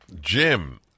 Jim